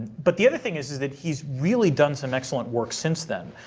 but the other thing is is that he's really done some excellent work since then.